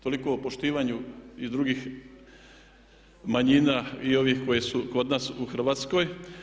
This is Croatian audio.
Toliko o poštivanju i drugih manjina i ovih koje su kod nas u Hrvatskoj.